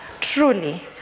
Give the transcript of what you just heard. truly